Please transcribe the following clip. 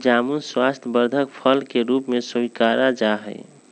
जामुन स्वास्थ्यवर्धक फल के रूप में स्वीकारा जाहई